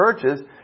churches